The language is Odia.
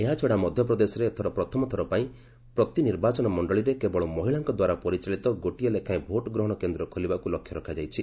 ଏହାଛଡ଼ା ମଧ୍ୟପ୍ରଦେଶରେ ଏଥର ପ୍ରଥମଥର ପାଇଁ ପ୍ରତି ନିର୍ବାଚନ ମଣ୍ଡଳୀରେ କେବଳ ମହିଳାଙ୍କ ଦ୍ୱାରା ପରିଚାଳିତ ଗୋଟିଏ ଲେଖାଏଁ ଭୋଟ୍ ଗ୍ରହଣ କେନ୍ଦ୍ର ଖୋଲିବାକୁ ଲକ୍ଷ୍ୟ ରଖାଯାଇଛି